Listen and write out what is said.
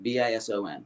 bison